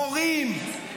מורים,